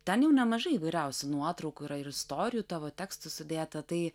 ten jau nemažai įvairiausių nuotraukų yra ir istorijų tavo tekstų sudėta tai